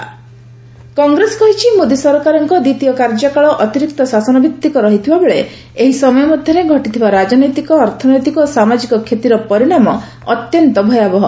Congress allegation Congress କହିଛି ମୋଦୀ ସରକାରଙ୍କ ଦ୍ୱିତୀୟ କାର୍ଯ୍ୟକାଳ ଅତିରିକ୍ତ ଶାସନ ଭିତିକ ରହିଥିବା ବେଳେ ଏହି ସମୟ ମଧ୍ୟରେ ଘଟିଥିବା ରାଜନୈତିକ ଅର୍ଥନୈତିକ ଓ ସାମାଜିକ କ୍ଷତିର ପରିଣାମ ଅତ୍ୟନ୍ତ ଭୟାବହ